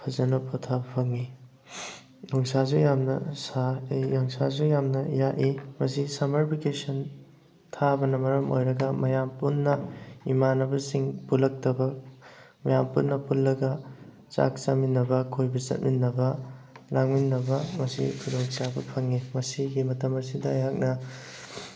ꯐꯖꯅ ꯄꯣꯊꯥꯕ ꯐꯪꯉꯤ ꯅꯨꯡꯁꯥꯁꯨ ꯌꯥꯝꯅ ꯁꯥ ꯅꯨꯡꯁꯥꯁꯨ ꯌꯥꯝꯅ ꯌꯥꯛꯏ ꯃꯁꯤ ꯁꯝꯃꯔ ꯚꯦꯀꯦꯁꯟ ꯊꯥꯕꯅ ꯃꯔꯝ ꯑꯣꯏꯔꯒ ꯃꯌꯥꯝ ꯄꯨꯟꯅ ꯏꯃꯥꯟꯅꯕꯁꯤꯡ ꯄꯨꯜꯂꯛꯇꯕ ꯃꯌꯥꯝ ꯄꯨꯟꯅ ꯄꯨꯜꯂꯒ ꯆꯥꯛ ꯆꯥꯃꯤꯟꯅꯕ ꯀꯣꯏꯕ ꯆꯠꯃꯤꯟꯅꯕ ꯂꯥꯡꯃꯤꯟꯅꯕ ꯃꯁꯤ ꯈꯨꯗꯣꯡꯆꯥꯕ ꯐꯪꯉꯤ ꯃꯁꯤꯒꯤ ꯃꯇꯝ ꯑꯁꯤꯗ ꯑꯩꯍꯥꯛꯅ